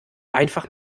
einfach